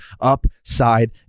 upside